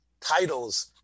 titles